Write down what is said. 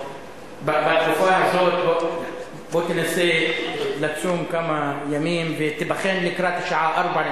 בתקופה הזאת בוא תנסה לצום כמה ימים ותיבחן לקראת שעה 16:00,